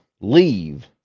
Leave